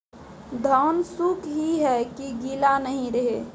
धान सुख ही है की गीला नहीं रहे?